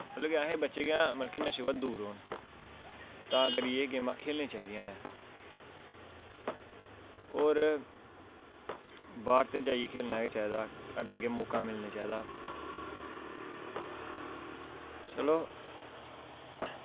मतलब कि बच्चे नशे कोला दा दूर रौह्न तां करियै गेमां खेलनियां चाहिदियां न होर बाह्र जाइयै ते खेलना गै चाहिदा ऐ अग्गें अग्गें मौका मिलना चाहिदा ऐ चलो